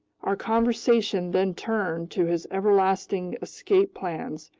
our conversation then turned to his everlasting escape plans,